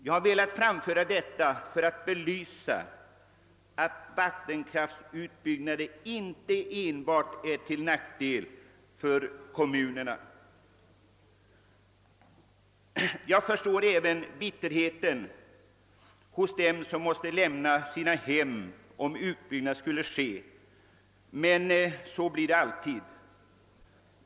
Jag har velat framföra detta för att belysa att vattenkraftutbyggnader inte enbart är till nackdel för kommunerna. Jag förstår även bitterheten hos dem som måste lämna sina hem om en utbyggnad skulle ske, men så blir det alltid.